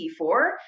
T4